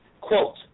quote